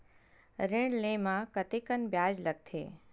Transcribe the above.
ऋण ले म कतेकन ब्याज लगथे?